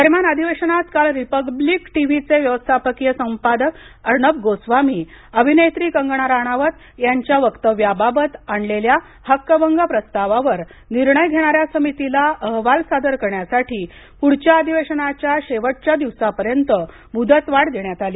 दरम्यान अधिवेशनात काल रिपब्लिक टीव्हीचे व्यवस्थापकीय संपादक अर्णब गोस्वामी अभिनेत्री कंगना राणावत यांच्या वक्तव्याबाबत आणलेल्या हक्कभंग प्रस्तावावर निर्णय घेणाऱ्या समितीला अहवाल सादर करण्यासाठी पुढच्या अधिवेशनाच्या शेवटच्या दिवसापर्यंत मुदतवाढ देण्यात आली